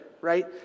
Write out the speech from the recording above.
right